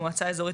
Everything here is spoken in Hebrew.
המועצה האזורית